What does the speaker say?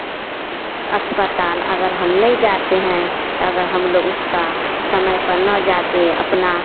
अस्पताल अगर हम नय जाते हैं तो अगर हम लोग उसका समय पर न जाकर अपना